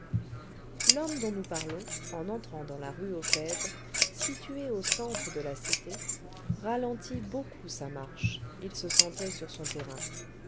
l'homme dont nous parlons en entrant dans la rue aux fèves située au centre de la cité ralentit beaucoup sa marche il se sentait sur son terrain